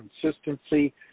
consistency